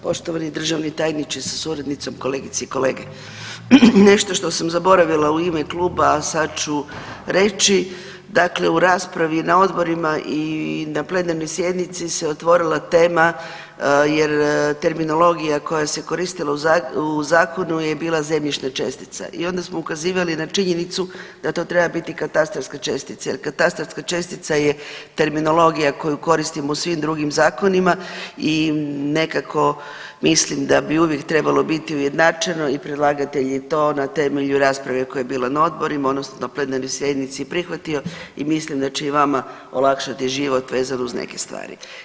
Poštovani državni tajniče sa suradnicom, kolegice i kolege, nešto što sam zaboravila u ime kluba a sad ću reći, dakle u raspravi na odborima i na plenarnoj sjednici se otvorila tema jer terminologija koja se koristila u zakonu je bila zemljišna čestica i onda smo ukazivali na činjenicu da to treba biti katastarska čestica jer katastarska čestica je terminologija koju koristimo u svim drugim zakonima i nekako mislim da bi uvijek trebalo biti ujednačeno i predlagatelj je to na temelju rasprave koja je bila na odborima odnosno na plenarnoj sjednici prihvatio i mislim da će i vama olakšati život vezano uz neke stvari.